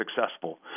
successful